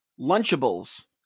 Lunchables